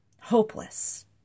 Hopeless